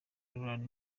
run